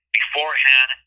beforehand